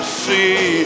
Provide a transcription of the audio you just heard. see